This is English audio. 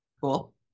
Cool